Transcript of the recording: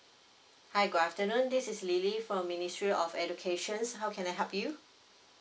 hi good afternoon this is lily from ministry of educations how can I help you